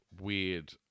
weird